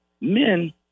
men